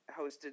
hosted